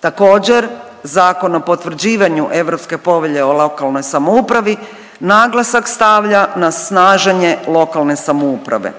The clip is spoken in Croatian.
Također Zakon o potvrđivanju europske povelje o lokalnoj samoupravi naglasak stavlja na snaženje lokalne samouprave.